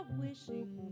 wishing